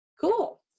Cool